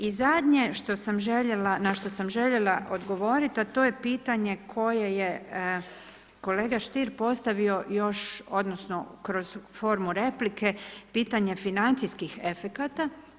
I zadnje što sam željela, na što sam željela odgovoriti, a to je pitanje koje je kolega Stier postavio još, odnosno kroz formu replike, pitanje financijskih efekata.